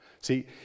See